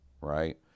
right